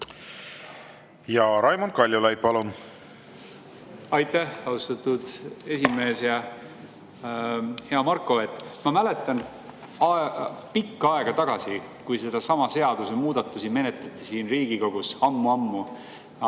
Raimond Kaljulaid, palun! Aitäh, austatud esimees! Hea Marko! Ma mäletan, kaua aega tagasi, kui neidsamu seadusemuudatusi menetleti siin Riigikogus – ammu-ammu,